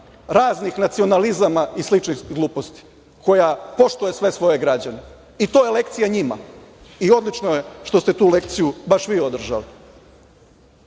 raznih nacionalizama i sličnih gluposti, koja poštuje sve svoje građane i to je lekcija njima i odlično je što ste tu lekciju baš vi